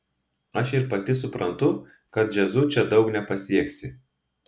aš ir pati suprantu kad džiazu čia daug nepasieksi